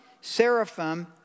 seraphim